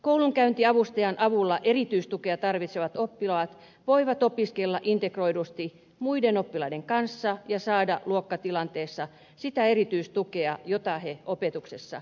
koulunkäyntiavustajan avulla erityistukea tarvitsevat oppilaat voivat opiskella integroidusti muiden oppilaiden kanssa ja saada luokkatilanteessa sitä erityistukea jota he opetuksessa tarvitsevat